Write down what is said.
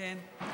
כן.